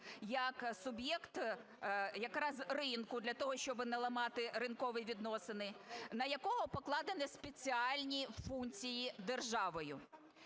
ринку для того, щоб не ламати ринкові відносини, на якого покладені спеціальні функції державою.